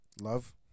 Love